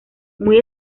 muy